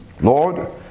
Lord